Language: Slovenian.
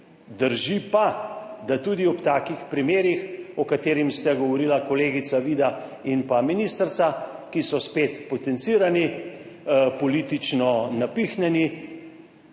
Drži pa, da tudi ob takih primerih, o katerem sta govorila kolegica Vida in pa ministrica, ki so spet potencirani, politično napihnjeni,